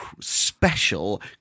special